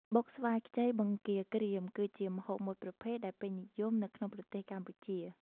បុកស្វាយខ្ចីបង្គាក្រៀម គឺជាម្ហូបមួយប្រភេទដែលពេញនិយមនៅក្នុងប្រទេសកម្ពុជា។